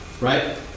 right